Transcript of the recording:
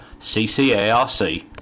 CCARC